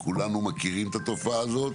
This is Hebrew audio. כולנו מכירים את התופעה הזאת.